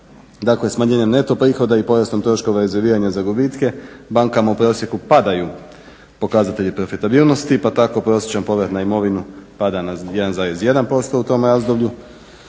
Dakle, smanjenjem neto prihoda i porastom troškova rezerviran je za gubitke. Bankama u prosjeku padaju pokazatelji profitabilnosti, pa tako prosječan povrat na imovinu pada na 1,1% u tom razdoblju,